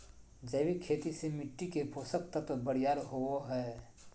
जैविक खेती से मिट्टी के पोषक तत्व बरियार होवो हय